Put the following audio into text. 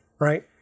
right